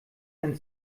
ein